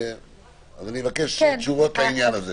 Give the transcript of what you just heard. אני מבקש תשובות לעניין הזה.